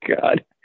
God